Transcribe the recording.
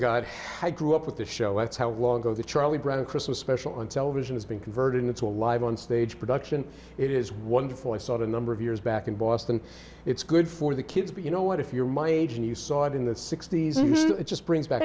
god i grew up with the show that's how long ago the charlie brown christmas special on television has been converted into a live on stage production it is wonderfully sort of a number of years back in boston it's good for the kids but you know what if you're my age and you saw it in the sixty's and it just brings back